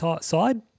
side